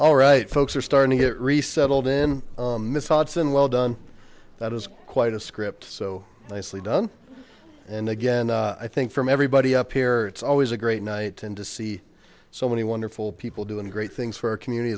all right folks are starting to get resettled in miss houghton well done that is quite a script so nicely done and again i think from everybody up here it's always a great night and to see so many wonderful people doing great things for our community